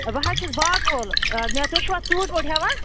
بہٕ حظ چھُس باغہٕ وول مےٚ تُہۍ چھُوا ژوٗنٛٹھۍ ووٗنٛٹھۍ ہٮ۪وان